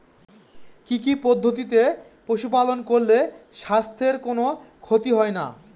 কি কি পদ্ধতিতে পশু পালন করলে স্বাস্থ্যের কোন ক্ষতি হয় না?